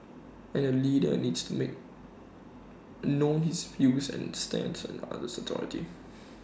and A leader needs to make known his views and stance to others in authority